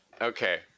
Okay